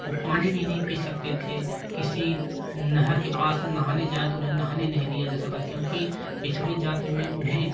वो पानी भी नहीं पी सकते थे किसी नहर के पास नहाने जाए तो उन्हें नहाने नहीं दिया जा सकता क्योंकि पिछड़ी जाति में उन्हें